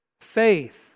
faith